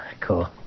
Cool